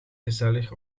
gezellig